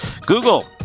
Google